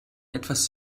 etwas